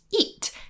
eat